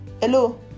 hello